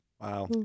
Wow